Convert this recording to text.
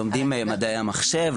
לומדים מדעי המחשב,